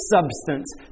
substance